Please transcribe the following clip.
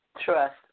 Trust